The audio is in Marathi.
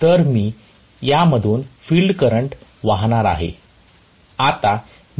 तर मी यामधून फिल्ड करंट वाहणार आहे